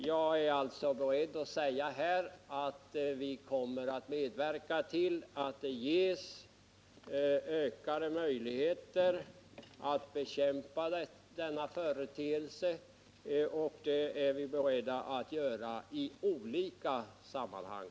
Jag är alltså beredd att säga att vi kommer att medverka till att det ges ökade möjligheter att bekämpa denna företeelse, och det är vi, herr talman, beredda att göra i olika sammanhang.